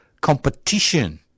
competition